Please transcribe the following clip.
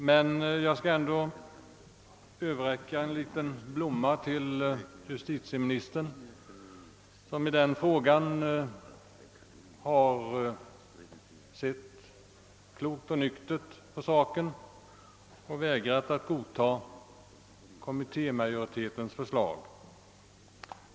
Men jag vill ändå överräcka en liten blomma till justitieministern som sett klokt och nyktert på saken och vägrat godtaga kommittémajoritetens förslag.